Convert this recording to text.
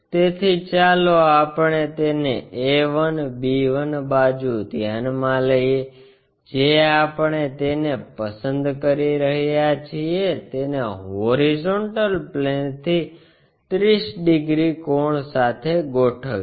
તેથી ચાલો આપણે તેને a 1 b 1 બાજુ ધ્યાનમાં લઈએ જે આપણે તેને પસંદ કરી રહ્યા છીએ તેને હોરીઝોન્ટલ પ્લેનથી 30 ડિગ્રી કોણ સાથે ગોઠવીએ